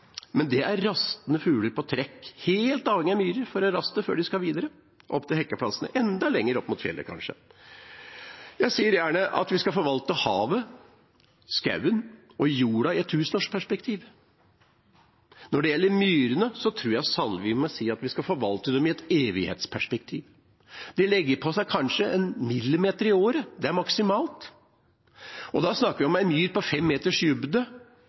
rastende fugler på trekk er helt avhengig av myrer for å raste før de skal videre opp til hekkeplassene, enda lenger opp mot fjellet kanskje. Jeg sier gjerne at vi skal forvalte havet, skogen og jorda i et tusenårsperspektiv. Når det gjelder myrene, tror jeg sannelig vi må si at vi skal forvalte dem i et evighetsperspektiv. De legger på seg kanskje 1 mm i året, maksimalt, og da snakker vi om ei myr på fem meters